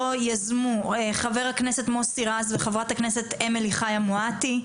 אותו יזמו חבר הכנסת מוסי רז וחברת הכנסת אמילי חיה מואטי,